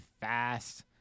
fast